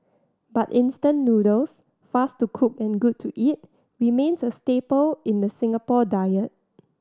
but instant noodles fast to cook and good to eat remains a staple in the Singapore diet